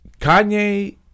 Kanye